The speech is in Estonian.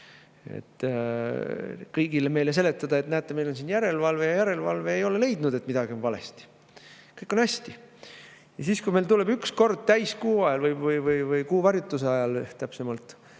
kõigile meile seletada: "Näete, meil on järelevalve ja järelevalve ei ole leidnud, et midagi on valesti. Kõik on hästi." Ja siis meil tuleb üks kord täiskuu ajal või, täpsemalt,